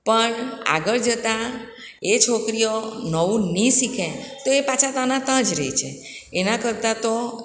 પણ આગળ જતાં એ છોકરીઓ નવું નહીં શીખે તો એ પાછાં ત્યાંના ત્યાં જ રહે છે એનાં કરતાં તો